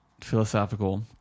philosophical